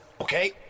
Okay